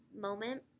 moment